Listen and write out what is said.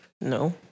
No